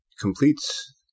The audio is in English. completes